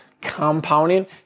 compounding